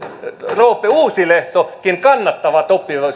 roope uusitalokin kannattavat